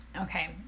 Okay